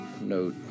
no